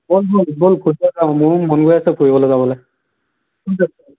মোৰো মন গৈ আছে ফুৰিবলৈ যাবলৈ